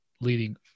leading